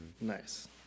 Nice